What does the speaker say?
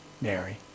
Mary